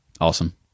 Awesome